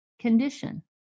condition